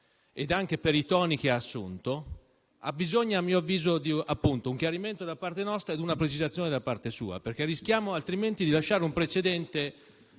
e anche per i toni che ha assunto, ha bisogno - a mio avviso - di un chiarimento da parte nostra e di una precisazione da parte sua. Rischiamo altrimenti di lasciare un precedente